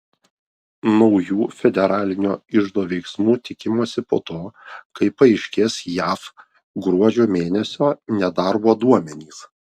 naujų federalinio iždo veiksmų tikimasi po to kai paaiškės jav gruodžio mėnesio nedarbo duomenys